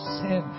sin